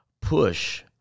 push